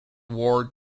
war